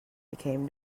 became